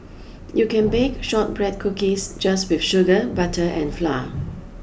you can bake shortbread cookies just with sugar butter and flour